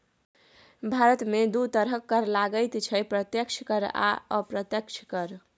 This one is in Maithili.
भारतमे दू तरहक कर लागैत छै प्रत्यक्ष कर आ अप्रत्यक्ष कर